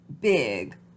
big